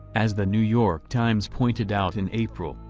as the new york times pointed out in april,